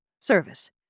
service